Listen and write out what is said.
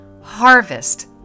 harvest